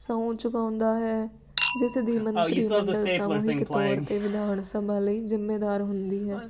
ਸਹੁੰ ਚੁਕਾਉਂਦਾ ਹੈ ਜਿਸ ਦੀ ਮੰਤਰੀ ਮੰਡਲ ਸਮੂਹਿਕ ਤੌਰ 'ਤੇ ਵਿਧਾਨ ਸਭਾ ਲਈ ਜ਼ਿੰਮੇਵਾਰ ਹੁੰਦੀ ਹੈ